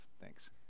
Thanks